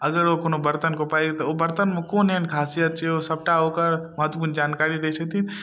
अगर ओ कोनो बर्तनके उपाय तऽ ओ बर्तनमे कोन एहन खासियत छै ओ सबटा ओकर महत्वपूर्ण जानकारी दै छथिन